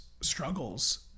struggles